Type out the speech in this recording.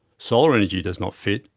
solar energy does not fit,